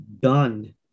done